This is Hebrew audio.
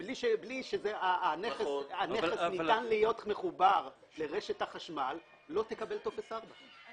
בלי שהנכס יהיה מוכן להיות מחובר לרשת החשמל אתה לא תקבל טופס ארבע.